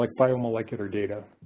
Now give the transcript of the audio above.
like biomolecular data.